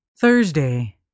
Thursday